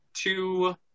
two